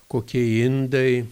kokie indai